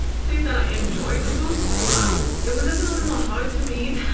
say that i enjoyed the book throughout. it was definitely not hard to read